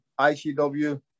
ICW